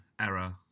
error